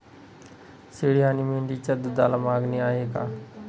शेळी आणि मेंढीच्या दूधाला मागणी आहे का?